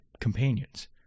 companions